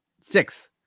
Six